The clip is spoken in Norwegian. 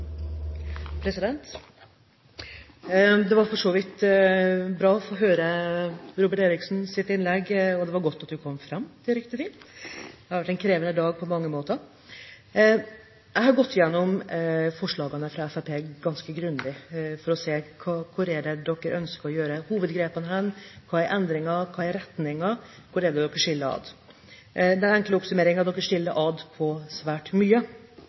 det var godt at han kom fram til riktig tid – det har vært en krevende dag på mange måter. Jeg har gått gjennom forslagene fra Fremskrittspartiet ganske grundig for å se hvor de ønsker å ta hovedgrepene, hva er endringer, hva er retningen, og hvor er det skillet går. Den enkle oppsummeringen er at dere skiller dere ut når det gjelder svært mye.